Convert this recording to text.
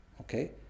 Okay